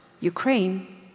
Ukraine